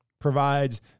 provides